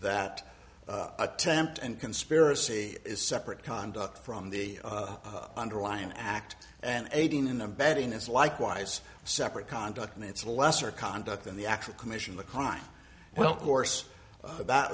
that attempt and conspiracy is separate conduct from the underlying act and aiding and abetting is likewise separate conduct it's lesser conduct than the actual commission the crime well of course that